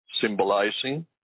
symbolizing